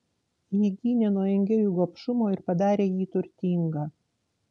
ji gynė nuo engėjų gobšumo ir padarė jį turtingą